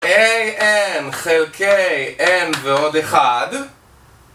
na חלקי n ועוד 1